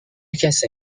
کسی